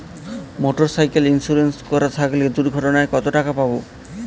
Motorcycle insurance করা থাকলে দুঃঘটনায় কতটাকা পাব?